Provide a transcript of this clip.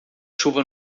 chuva